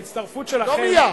לא מייד.